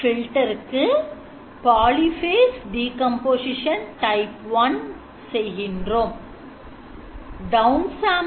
Filter இக்கு Polyphase decomposition type 1 செய்கின்றோம்